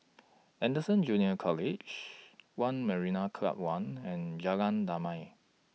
Anderson Junior College one Marina Club one and Jalan Damai